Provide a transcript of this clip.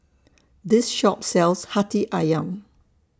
This Shop sells Hati Ayam